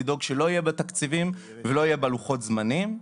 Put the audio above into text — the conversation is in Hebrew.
לדאוג שלא יהיו בה תקציבים ולוחות זמנים.